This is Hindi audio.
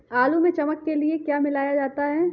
आलू में चमक के लिए क्या मिलाया जाता है?